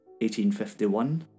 1851